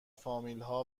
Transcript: فامیلها